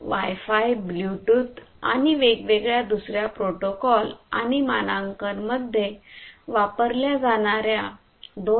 Y five Bluetooth आणि वेगवेगळ्या दुसऱ्या प्रोटोकॉल आणि मानांकन मध्ये वापरल्या जाणाऱ्या 2